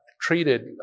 treated